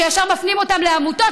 שישר מפנים אותם לעמותות,